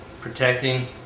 protecting